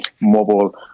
mobile